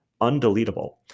undeletable